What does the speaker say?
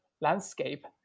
landscape